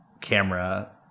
camera